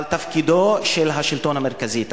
אבל תפקידו של השלטון המרכזי,